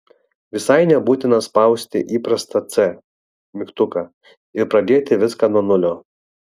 visai nebūtina spausti įprastą c mygtuką ir pradėti viską nuo nulio